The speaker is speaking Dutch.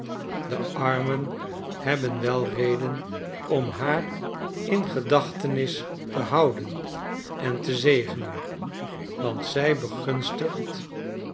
de armen hebben wel reden om haar in gedachtenis te houden en te zegenen want zij begunstigt